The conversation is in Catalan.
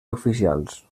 oficials